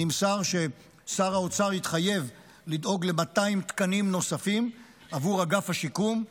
נמסר ששר האוצר התחייב לדאוג ל-200 תקנים נוספים עבור אגף השיקום.